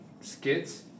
skits